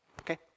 Okay